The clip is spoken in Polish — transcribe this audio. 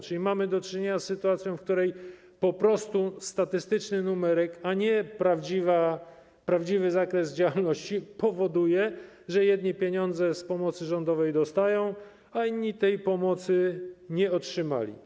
Czyli mamy do czynienia z sytuacją, w której po prostu statystyczny numerek, a nie prawdziwy zakres działalności, powoduje, że jedni pieniądze z pomocy rządowej dostają, a inni tej pomocy nie otrzymują.